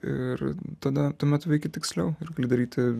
ir tada tuomet veikia tiksliau ir gali daryti